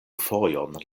fojon